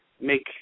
make